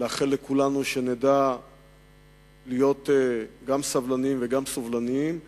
ולאחל לכולנו שנדע להיות גם סבלניים וגם סובלניים,